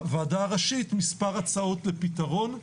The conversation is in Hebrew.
לוועדה הראשית, מספר הצעות לפתרון.